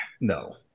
no